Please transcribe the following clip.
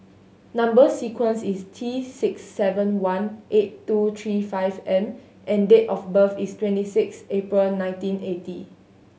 number sequence is T six seven one eight two three five M and date of birth is twenty six April nineteen eighty